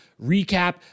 recap